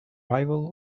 rival